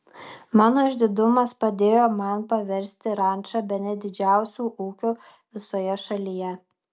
mano išdidumas padėjo man paversti rančą bene didžiausiu ūkiu visoje šalyje